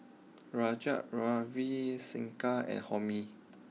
Raj Ravi Shankar and Homi